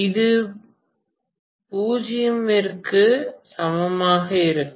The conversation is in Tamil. இது 0 விற்கு சமமாக இருக்கும்